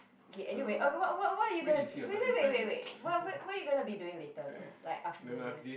okay anyway okay what what what are you gonna wait wait wait wait wait what what are you gonna be doing later though like after this